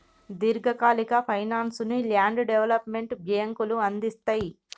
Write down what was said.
దీర్ఘకాలిక ఫైనాన్స్ ను land development బ్యేంకులు అందిస్తయ్